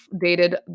dated